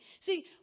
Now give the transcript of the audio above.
See